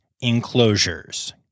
enclosures